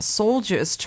soldiers